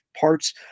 parts